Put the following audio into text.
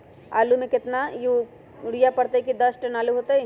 आलु म केतना यूरिया परतई की दस टन आलु होतई?